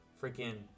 freaking